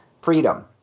freedom